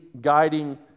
guiding